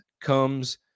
comes